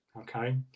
Okay